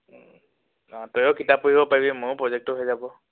অঁ তয়ো কিতাপ পঢ়িব পাৰিবি মোৰো প্ৰজেক্টটো হৈ যাব